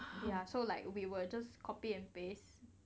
ya so we would just copy and paste